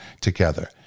together